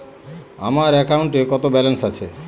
আমার অ্যাকাউন্টে কত ব্যালেন্স আছে?